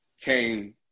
came